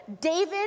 David